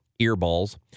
earballs